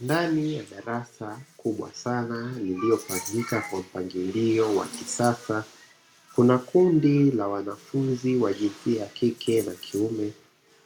Ndani ya darasa kubwa sana lililopangika kwa mpamgilio wa kisasa kuna kundi la wanafunzi wa jinsia ya kike na kiume